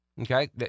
Okay